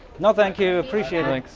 not thank you appreciating